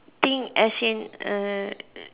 think as in err